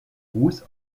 ruß